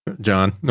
John